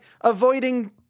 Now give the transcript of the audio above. avoiding